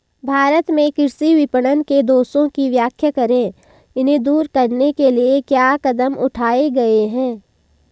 भारत में कृषि विपणन के दोषों की व्याख्या करें इन्हें दूर करने के लिए क्या कदम उठाए गए हैं?